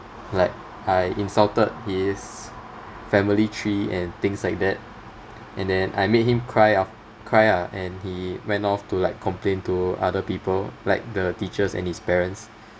like I insulted his family tree and things like that and then I made him cry ah cry ah and he went off to like complain to other people like the teachers and his parents